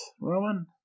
Roman